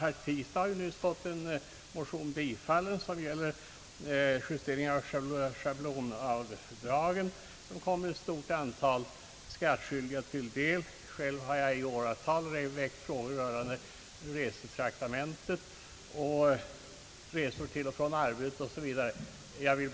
Herr Tistad har just fått en motion bifallen som gäller justering av schablonavdragen, vilket kommer ett stort antal skattskyldiga till godo. Själv har jag i åratal väckt motioner rörande beskattning av resetraktamenten, resor till och från arbetet och så vidare, allt berörande anställda.